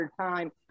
Time